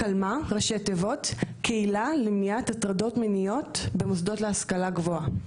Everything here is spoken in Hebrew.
קלמ"ה קהילה למניעת הטרדות מיניות במוסדות להשכלה גבוהה.